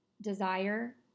desire